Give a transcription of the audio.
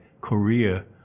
Korea